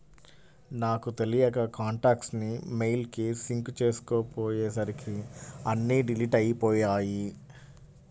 నాకు తెలియక కాంటాక్ట్స్ ని మెయిల్ కి సింక్ చేసుకోపొయ్యేసరికి అన్నీ డిలీట్ అయ్యిపొయ్యాయి